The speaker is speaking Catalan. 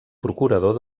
procurador